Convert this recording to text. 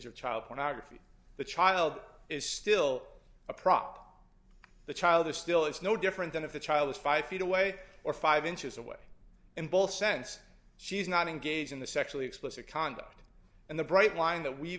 of child pornography the child is still a prop the child is still is no different than if the child is five feet away or five inches away and both sense she's not engaged in the sexually explicit conduct and the bright line that we've